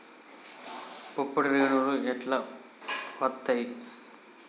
పుప్పొడి రేణువులు ఎట్లా వత్తయ్?